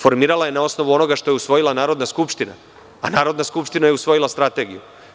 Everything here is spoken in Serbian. Formirala je na osnovu onoga što je usvojila Narodna skupština, a Narodna skupština je usvojila strategiju.